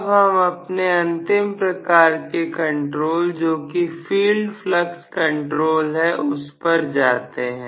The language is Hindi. अब हम अपने अंतिम प्रकार के कंट्रोल जो कि फील्ड फ्लक्स कंट्रोल है उस पर जाते हैं